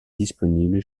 disponible